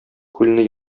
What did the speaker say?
күлне